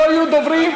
אם לא יהיו דוברים,